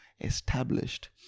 established